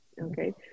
Okay